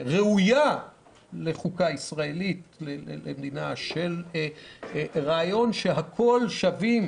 ראויה לחוקה ישראלית, של רעיון שהכול שווים